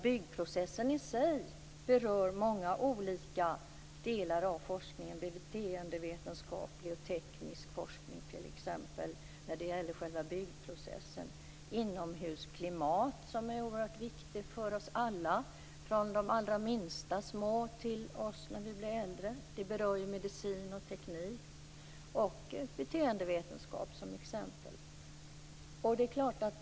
Byggprocessen i sig berör många olika delar inom forskningen, t.ex. beteendevetenskaplig och teknisk forskning i fråga om själva byggprocessen. Inomhusklimatet är viktigt för oss alla - från de allra minsta små till oss äldre. Det berör medicin, teknik och beteendevetenskap.